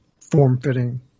form-fitting